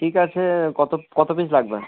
ঠিক আছে কত কত পিস লাগবে